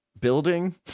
building